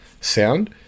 sound